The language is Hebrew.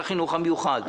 את החינוך המיוחד.